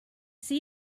see